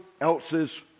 Else's